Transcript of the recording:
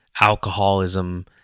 alcoholism